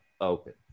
open